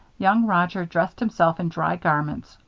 young roger dressed himself in dry garments,